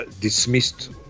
dismissed